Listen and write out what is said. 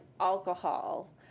alcohol